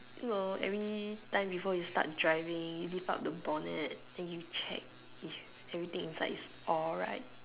no everytime before you start driving you lift up the bonnet then you check if everything inside is alright